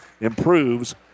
improves